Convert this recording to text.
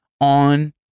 on